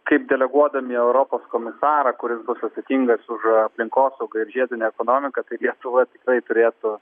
kaip deleguodami europos komisarą kuris bus atsakingas už aplinkosaugą ir žiedinę ekonomiką tai lietuva tikrai turėtų